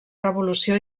revolució